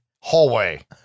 hallway